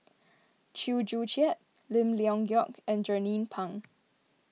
Chew Joo Chiat Lim Leong Geok and Jernnine Pang